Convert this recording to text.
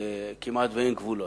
שכמעט אין בו גבולות.